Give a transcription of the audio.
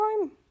time